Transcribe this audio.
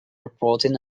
reporting